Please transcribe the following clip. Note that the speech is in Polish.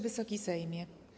Wysoki Sejmie!